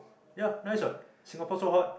ya nice wat Singapore so hot